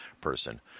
person